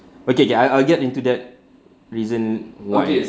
okay okay I'll get into that reason why